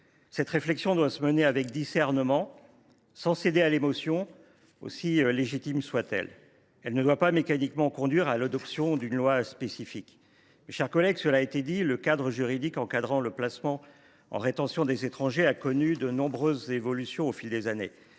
Cette réflexion doit se mener avec discernement, sans céder à l’émotion, aussi légitime soit elle. Elle ne doit pas mécaniquement conduire à l’adoption d’une loi spécifique. Mes chers collègues, le cadre juridique du placement en rétention des étrangers a connu de nombreuses évolutions au fil des années,